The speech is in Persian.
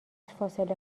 فاصله